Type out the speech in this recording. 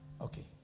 okay